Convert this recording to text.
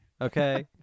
Okay